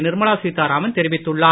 நிர்மலா சீத்தாராமன் தெரிவித்துள்ளார்